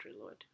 lord